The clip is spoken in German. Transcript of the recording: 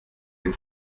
den